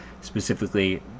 specifically